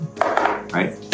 right